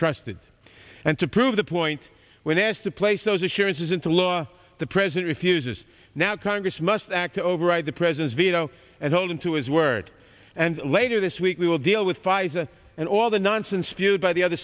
trusted and to prove the point when asked to place those assurances into law the president refuses now congress must act to override the president's veto and hold him to his word and later this week we will deal with pfizer and all the nonsense spewed by the other